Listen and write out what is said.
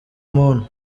muntu